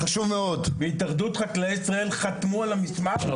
התאגדות חקלאי ישראל חתמו על המסמך.